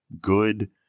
good